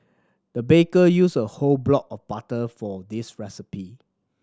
the baker used a whole block of butter for this recipe